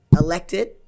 elected